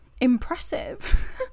impressive